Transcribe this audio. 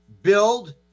Build